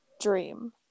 Dream